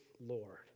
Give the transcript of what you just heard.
Lord